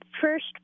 first